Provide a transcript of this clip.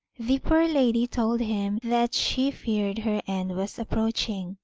the poor lady told him that she feared her end was approaching,